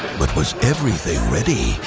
but was everything ready?